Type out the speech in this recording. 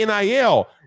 NIL